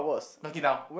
knock it down